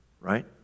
Right